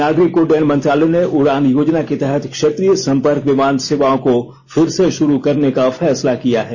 नागरिक उड्डयन मंत्रालय ने उड़ान योजना के तहत क्षेत्रीय संपर्क विमान सेवाओं को फिर से शुरू करने का फैसला किया है